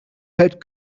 had